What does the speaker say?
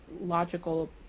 logical